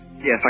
Yes